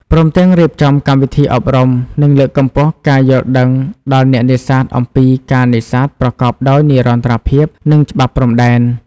ព្រមទាំងរៀបចំកម្មវិធីអប់រំ និងលើកកម្ពស់ការយល់ដឹងដល់អ្នកនេសាទអំពីការនេសាទប្រកបដោយនិរន្តរភាព និងច្បាប់ព្រំដែន។